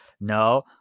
No